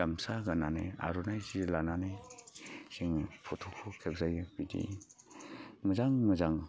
गामसा गाननानै आर'नाय जि लानानै जोङो फटकखौ खेबजायो बिदि मोजां मोजां